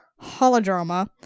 holodrama